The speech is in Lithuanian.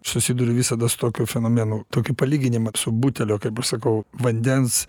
susiduriu visada su tokiu fenomenu tokį palyginimą su butelio kaip aš sakau vandens